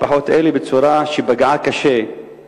1. למה תקפה המשטרה משפחות אלה בצורה שפגעה קשה בגברים,